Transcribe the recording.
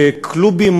בקלאבים,